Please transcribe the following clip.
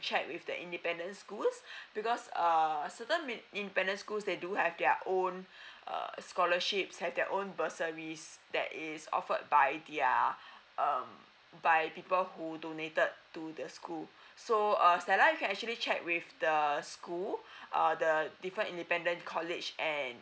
check with the independent schools because uh certain men~ independent schools they do have their own uh scholarships have their own bursaries that is offered by their um by people who donated to the school so uh stella you can actually check with the school uh the different independent college and